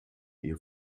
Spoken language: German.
ihr